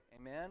Amen